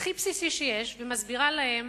הכי בסיסי שיש ומסבירה להם